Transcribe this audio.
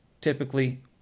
typically